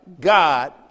God